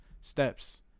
steps